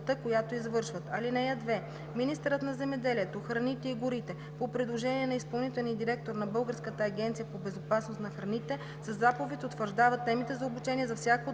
която извършват. (2) Министърът на земеделието, храните и горите по предложение на изпълнителния директор на Българската агенция по безопасност на храните със заповед утвърждава темите за обучение за всяка